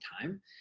time